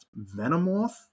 Venomoth